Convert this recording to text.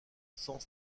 sans